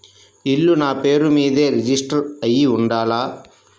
ఇల్లు నాపేరు మీదే రిజిస్టర్ అయ్యి ఉండాల?